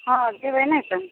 हँ जेबै नहि तऽ